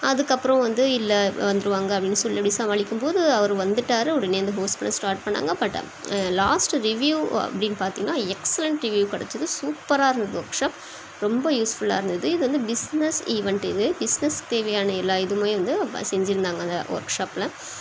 அதுக்கப்புறம் வந்து இல்லை வந்துடுவாங்க அப்படின்னு சொல்லி அப்படி சமாளிக்கும்போது அவர் வந்துட்டார் உடனே அந்த ஹோஸ்ட் பண்ண ஸ்டார்ட் பண்ணாங்கள் பட் லாஸ்ட்டு ரிவியூ அப்படின்னு பார்த்தீங்கன்னா எக்ஸெலண்ட் ரிவியூ கிடைச்சிது சூப்பராக இருந்தது ஒர்க் ஷாப் ரொம்ப யூஸ்ஃபுல்லாக இருந்தது இது வந்து பிஸ்னஸ் ஈவெண்ட் இது பிஸ்னஸ்க்கு தேவையான எல்லா இதுவுமே வந்து செஞ்சிருந்தாங்கள் அந்த ஒர்க் ஷாப்ல